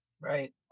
Right